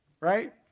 right